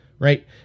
Right